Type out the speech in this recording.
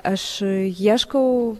aš ieškau